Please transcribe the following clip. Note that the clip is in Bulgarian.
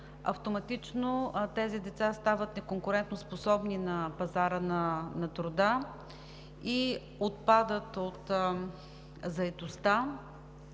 автоматично тези деца стават неконкурентоспособни на пазара на труда и отпадат от заетостта.